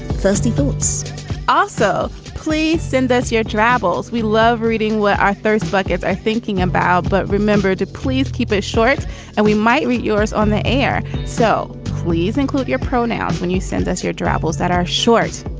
thirsty thoughts also, please send us your travels. we love reading what our thirst buckets are thinking about, but remember to please keep it short and we might read yours on the air. so please include your pronouns when you send us your travels that are short,